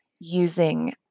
using